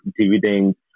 dividends